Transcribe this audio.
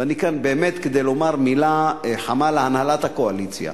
ואני כאן כדי לומר מלה חמה להנהלת הקואליציה.